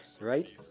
right